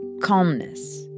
calmness